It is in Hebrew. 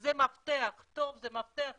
זה מפתח טוב, זה מפתח ברור,